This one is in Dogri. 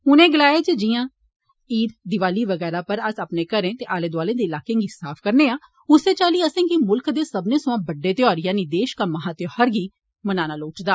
उनें गलाया जे जियां इस ईद दिवाली वगैरा पर अपने घरें ते आले दोआले दे ईलार्के गी साफ करने आं उस्सै चाल्ली असें गी म्ल्ख दे सब्बने सवां बड्डे त्योहार यानि देश दा महात्योहारध गी मनाना लोड़चदा